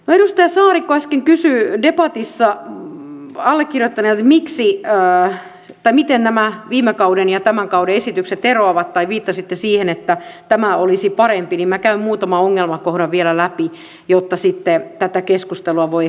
kun edustaja saarikko äsken kysyi debatissa allekirjoittaneelta miksi tai miten nämä viime kauden ja tämän kauden esitykset eroavat tai viittasitte siihen että tämä olisi parempi niin minä käyn muutaman ongelmakohdan vielä läpi jotta sitten tätä keskustelua voi referoida